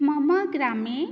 मम ग्रामे